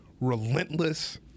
relentless